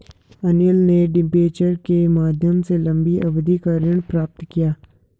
अनिल ने डिबेंचर के माध्यम से लंबी अवधि का ऋण प्राप्त किया